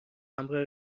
همراه